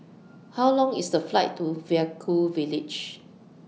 How Long IS The Flight to Vaiaku Village